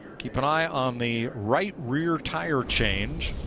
keep an eye on the right rear tire change.